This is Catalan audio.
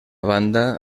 banda